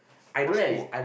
what school